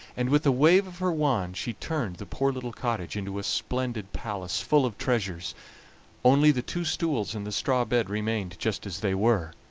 and with a wave of her wand she turned the poor little cottage into a splendid palace, full of treasures only the two stools and the straw bed remained just as they were,